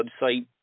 website